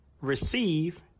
receive